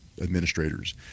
administrators